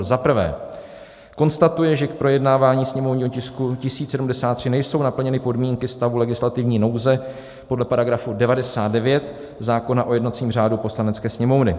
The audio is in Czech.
I. konstatuje, že k projednávání sněmovního tisku 1073 nejsou naplněny podmínky stavu legislativní nouze podle § 99 zákona o jednacím řádu Poslanecké sněmovny;